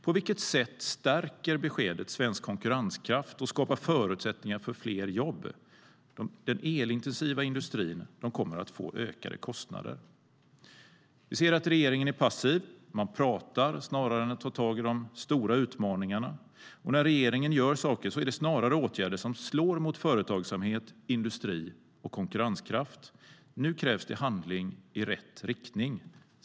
På vilket sätt stärker beskedet svensk konkurrenskraft och skapar förutsättningar för fler jobb? Den elintensiva industrin kommer att få ökade kostnader. Vi ser att regeringen är passiv. Man pratar snarare än att ta tag i de stora utmaningarna. När regeringen gör saker är det snarare åtgärder som slår mot företagsamhet, industri och konkurrenskraft. Nu krävs det handling i rätt riktning.